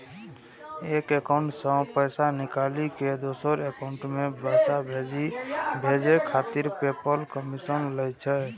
एक एकाउंट सं पैसा निकालि कें दोसर एकाउंट मे पैसा भेजै खातिर पेपल कमीशन लै छै